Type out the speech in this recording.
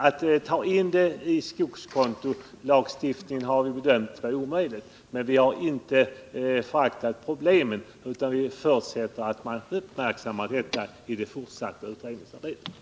Att ta in dessa ting i skogskontolagstiftningen har vi bedömt vara omöjligt, men vi har inte bortsett från problemen, utan vi förutsätter att de uppmärksammas i det fortsatta utredningsarbetet.